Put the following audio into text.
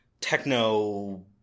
techno